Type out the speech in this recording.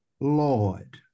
Lord